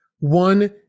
one